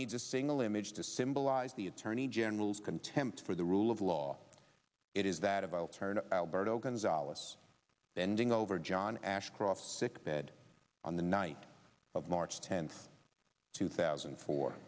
needs a single image to symbolize the attorney general's contempt for the rule of law it is that of all turned alberto gonzales bending over john ashcroft sick bed on the night of march tenth two thousand